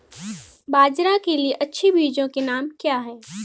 बाजरा के लिए अच्छे बीजों के नाम क्या हैं?